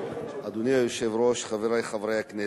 אדוני היושב-ראש, חברי חברי הכנסת,